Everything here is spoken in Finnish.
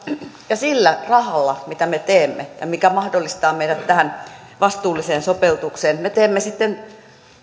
ja sillä rahalla mitä me teemme ja mikä mahdollistaa meidät tähän vastuulliseen sopeutukseen me teemme sitten